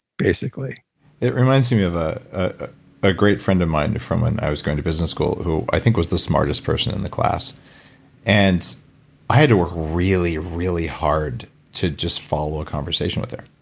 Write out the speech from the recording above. basically it reminds me of ah ah a great friend of mine from when i was going to business school who i think was the smartest person in the class and i had to work really, really hard to just follow a conversation with her.